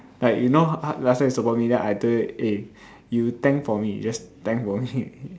like you know h~ how last time you support me then I told you eh you tank for me just tank for me